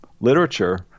literature